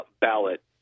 ballot